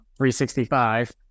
365